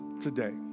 today